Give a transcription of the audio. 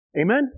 Amen